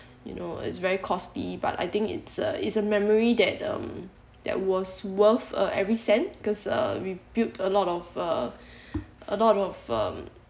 you know it's very costly but I think it's a it's a memory that um that was worth uh every cent because uh we built a lot of uh a lot of um